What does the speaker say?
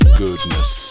goodness